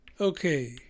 Okay